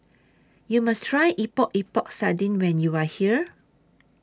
YOU must Try Epok Epok Sardin when YOU Are here